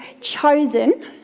chosen